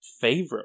favorite